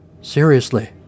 Seriously